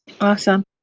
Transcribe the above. Awesome